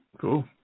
Cool